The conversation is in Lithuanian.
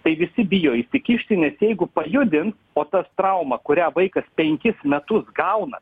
tai visi bijo įsikišti nes jeigu pajudins o tas trauma kurią vaikas penkis metus gauna